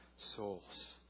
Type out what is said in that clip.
souls